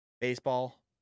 baseball